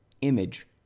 Image